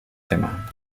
tema